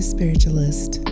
spiritualist